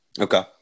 okay